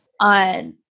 on